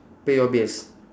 pay your bills